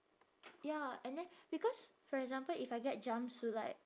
ya and then because for example if I get jumpsuit like